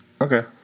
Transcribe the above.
Okay